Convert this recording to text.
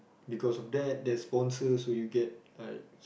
because of that there's sponsors so you get like